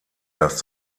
dass